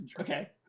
Okay